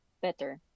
better